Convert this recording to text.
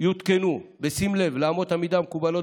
יותקנו בשים לב לאמות המידה המקובלות